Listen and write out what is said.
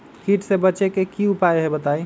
कीट से बचे के की उपाय हैं बताई?